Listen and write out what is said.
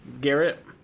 Garrett